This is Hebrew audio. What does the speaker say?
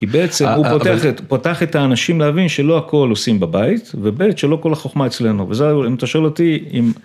היא בעצם, הוא פותח את האנשים להבין שלא הכל עושים בבית, ו-ב' שלא כל החוכמה אצלנו, וזה הוא אם אתה שואל אותי אם.